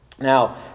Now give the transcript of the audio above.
Now